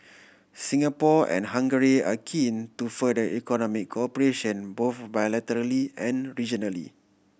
Singapore and Hungary are keen to further economic cooperation both bilaterally and regionally